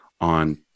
on